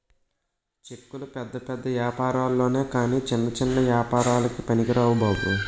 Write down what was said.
చెక్కులు పెద్ద పెద్ద ఏపారాల్లొనె కాని చిన్న చిన్న ఏపారాలకి పనికిరావు బాబు